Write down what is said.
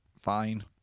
fine